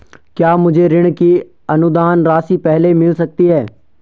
क्या मुझे ऋण की अनुदान राशि पहले मिल सकती है?